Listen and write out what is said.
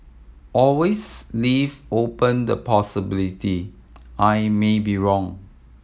always leave open the possibility I may be wrong